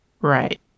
Right